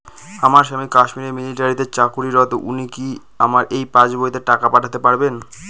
আমার স্বামী কাশ্মীরে মিলিটারিতে চাকুরিরত উনি কি আমার এই পাসবইতে টাকা পাঠাতে পারবেন?